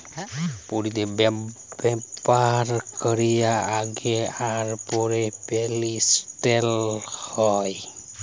ব্যাভার ক্যরার আগে আর পরে পেমেল্ট হ্যয়